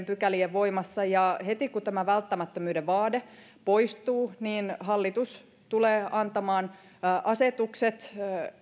pykälien voimassaololle ja heti kun tämä välttämättömyyden vaade poistuu hallitus tulee antamaan asetukset